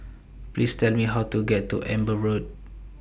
Please Tell Me How to get to Amber Road